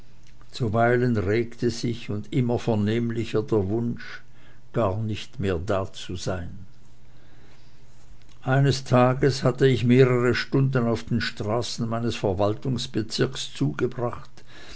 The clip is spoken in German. zuweilen regte sich und immer vernehmlicher der wunsch gar nicht mehr dazusein eines tages hatte ich mehrere stunden auf den straßen meines verwaltungsbezirkes zugebracht